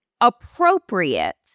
appropriate